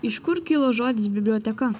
iš kur kilo žodis biblioteka